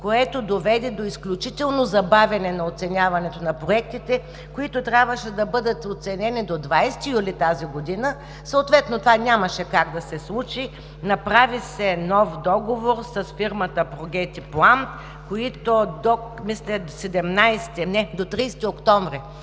което доведе до изключително забавяне на оценяването на проектите – те трябваше да бъдат оценени до 20 юни т.г., съответно това нямаше как да се случи, направи се нов договор с фирмата „Прогети План“, които мисля до 30 октомври